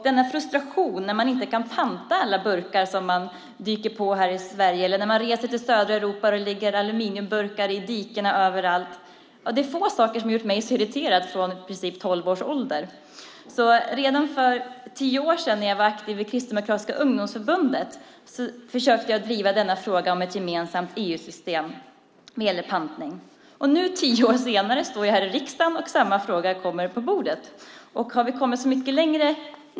Denna frustration när man inte kan panta alla burkar som man dyker på här i Sverige eller när man reser till södra Europa och det ligger aluminiumburkar i dikena överallt; det är få saker som har gjort mig så irriterad från i princip tolv års ålder. Redan för tio år sedan, när jag var aktiv i Kristdemokratiska ungdomsförbundet, försökte jag driva frågan om ett gemensamt EU-system när det gäller pant. Nu, tio år senare, står jag här i riksdagen och samma fråga kommer på bordet. Har vi kommit så mycket längre?